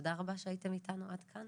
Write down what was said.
תודה רבה שהייתם איתנו עד כאן.